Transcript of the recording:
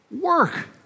work